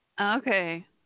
Okay